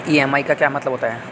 EMI का क्या मतलब होता है?